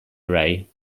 array